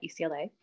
UCLA